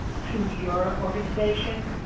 to your organizations,